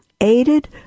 aided